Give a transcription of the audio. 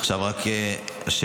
עכשיו שאלות ששאלתם.